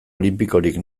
olinpikorik